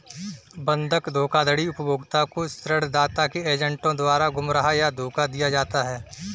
बंधक धोखाधड़ी उपभोक्ता को ऋणदाता के एजेंटों द्वारा गुमराह या धोखा दिया जाता है